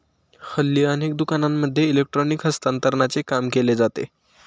हल्ली अनेक दुकानांमध्ये इलेक्ट्रॉनिक हस्तांतरणाचे काम केले जाते